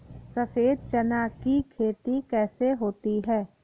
सफेद चना की खेती कैसे होती है?